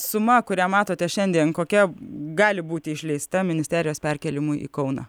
suma kurią matote šiandien kokia gali būti išleista ministerijos perkėlimui į kauną